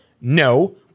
no